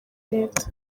leta